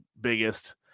biggest